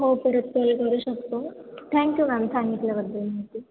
हो परत कॉल करू शकतो थँक्यू मॅम सांगितल्याबद्दल माहिती